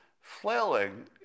Flailing